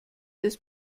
ist